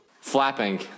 Flapping